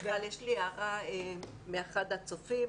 יש לי הערה מאחד הצופים,